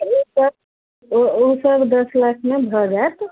ओसबदस लाखमे भऽ जाइत